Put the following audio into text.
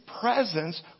presence